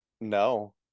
No